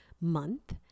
month